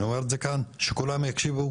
אני אומר את זה כאן כדי שכולם יישמעו,